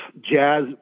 jazz